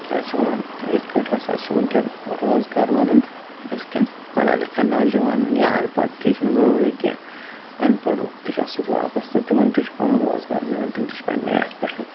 کیٛاہ چھِ وَنان تہٕ یِتھ کٔٹھۍ ہسا چھِ وٕنۍکٮ۪ن روزگار بنان أزۍکٮ۪ن پڑھا لِکھا نوجَوانَن یا اَن پَڑھ تہِ یہِ چھِنہٕ ضُروٗری کیٚنہہ اَن پَڑھ لُکھ تہِ چھِ اَتھ سۭتۍ وابستہٕ تِمَن تہِ چھُ پَنُن روزگار میلان تِم تہِ چھِ پَنٛنہِ یَتھ پٮ۪ٹھ